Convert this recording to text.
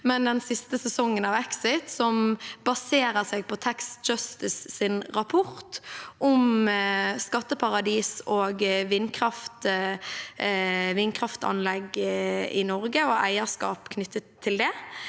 den siste sesongen av Exit, som baserer seg på Tax Justices rapport om skatteparadis og vindkraftanlegg i Norge og eierskap knyttet til det.